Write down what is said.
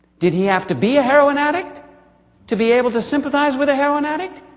did he have to be a heroin addict to be able to sympathize with a heroin addict?